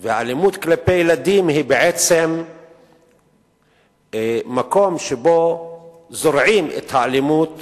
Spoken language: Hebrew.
ואלימות כלפי ילדים היא בעצם מקום שבו זורעים את האלימות